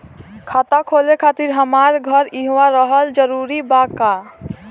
खाता खोले खातिर हमार घर इहवा रहल जरूरी बा का?